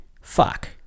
fuck